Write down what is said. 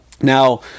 Now